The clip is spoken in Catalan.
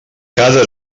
cada